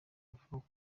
avuga